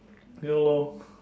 ya lor